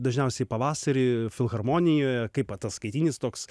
dažniausiai pavasarį filharmonijoje kaip ataskaitinis toks